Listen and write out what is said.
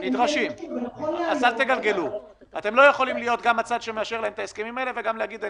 אנחנו צריכים לדעת לדאוג גם לשכבות החלשות וגם למעמד הביניים.